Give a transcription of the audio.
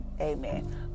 amen